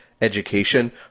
education